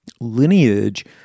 lineage